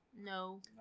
No